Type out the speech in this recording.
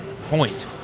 point